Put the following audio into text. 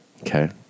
okay